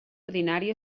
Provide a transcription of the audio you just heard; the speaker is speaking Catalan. ordinari